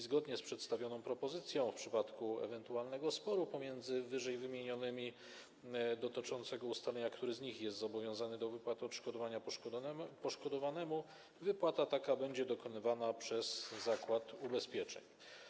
Zgodnie z przedstawioną propozycją w przypadku ewentualnego sporu pomiędzy wyżej wymienionymi dotyczącego ustalenia, który z nich jest zobowiązany do wypłaty odszkodowania poszkodowanemu, wypłata taka będzie dokonywana przez zakład ubezpieczeń.